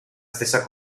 stessa